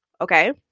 Okay